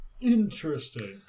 Interesting